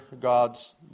God's